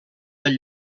del